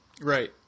Right